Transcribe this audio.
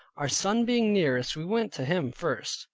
our son being nearest, we went to him first,